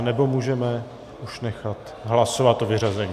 Nebo můžeme už nechat hlasovat o vyřazení.